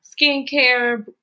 skincare